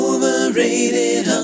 Overrated